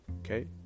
okay